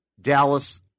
Dallas